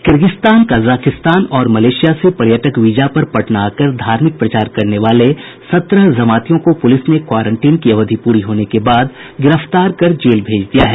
Kyrgyzstan Kazakhstan और Malaysia से पर्यटक वीजा पर पटना आकर धार्मिक प्रचार करने वाले सत्रह जमातियों को पुलिस ने क्वारंटीन की अवधि पूरी होने के बाद गिरफ्तार कर जेल भेज दिया है